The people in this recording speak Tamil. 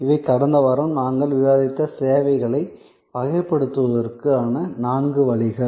இவை கடந்த வாரம் நாங்கள் விவாதித்த சேவைகளை வகைப்படுத்துவதற்கான நான்கு வழிகள்